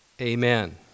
amen